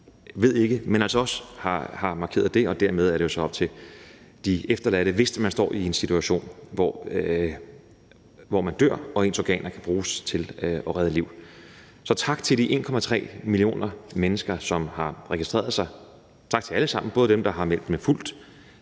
ved ikke, men har altså også markeret det, og dermed er det så op til de efterladte, hvis man står i en situation, hvor man dør og ens organer kan bruges til at redde liv. Så tak til de 1,3 millioner mennesker, som har registreret sig. Tak til dem alle sammen, både dem, der har meldt sig til